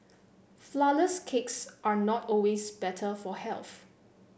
flourless cakes are not always better for health